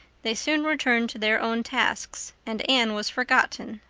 they soon returned to their own tasks and anne was forgotten.